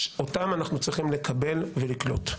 אותם אנחנו צריכים לקבל ולקלוט.